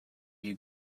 you